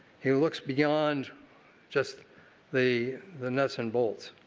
he looks beyond just the the nuts and bolts.